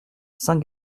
saint